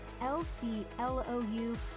L-C-L-O-U